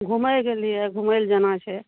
घुमय गेलियै घुमय लए जेनाइ छै